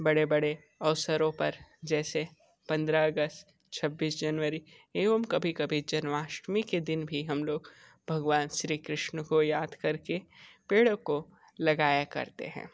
बड़े बड़े अवसरों पर जैसे पंद्रह अगस्त छब्बीस जनवरी एवं कभी कभी जन्माष्टमी के दिन भी हम लोग भगवान श्री कृष्ण को याद करके पेड़ों को लगाया करते हैं